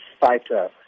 fighter